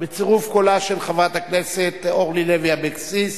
בצירוף קולה של חברת הכנסת אורלי לוי אבקסיס,